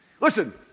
Listen